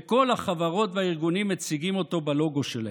וכל החברות והארגונים מציגים אותו בלוגו שלהם?